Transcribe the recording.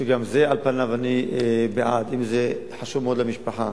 שגם זה, על פניו אני בעד, אם זה חשוב מאוד למשפחה.